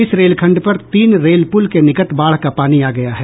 इस रेलखंड पर तीन रेल पुल के निकट बाढ़ का पानी आ गया है